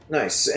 nice